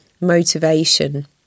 motivation